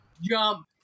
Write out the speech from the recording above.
jump